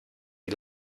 die